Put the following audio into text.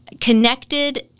connected